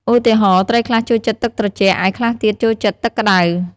ឧទាហរណ៍ ត្រីខ្លះចូលចិត្តទឹកត្រជាក់ ឯខ្លះទៀតចូលចិត្តទឹកក្តៅ។